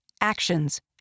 actions